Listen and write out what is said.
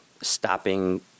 stopping